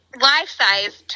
life-sized